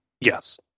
Yes